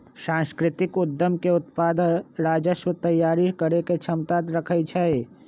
सांस्कृतिक उद्यम के उत्पाद राजस्व तइयारी करेके क्षमता रखइ छै